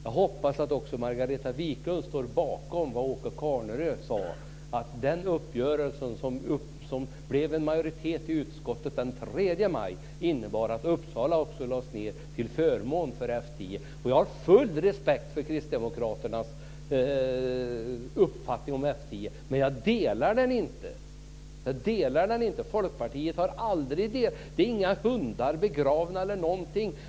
Jag hoppas att också Margareta Viklund står bakom det som Åke Carnerö sade, att den uppgörelse som fick en majoritet i utskottet den 3 maj innebär en nedläggning av flottiljen i Uppsala till förmån för F 10. Jag har full respekt för kristdemokraternas uppfattning om F 10, men jag delar den inte. Det finns inga hundar begravna här.